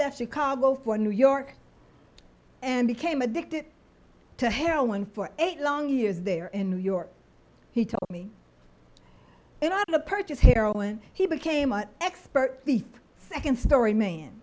left chicago for new york and became addicted to heroin for eight long years there in new york he took me in on the purchase heroin he became an expert the second story man